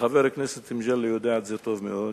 וחבר הכנסת מגלי יודע את זה טוב מאוד,